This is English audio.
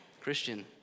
Christian